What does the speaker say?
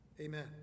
Amen